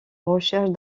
recherche